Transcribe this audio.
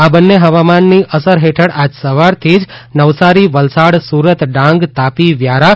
આ બંન્ને હવામાનની અસર હેઠળ આજ સવારથી નવસારી વલસાડ સુરત ડાંગ તાપી વ્યારા